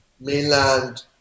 mainland